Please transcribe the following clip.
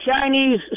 Chinese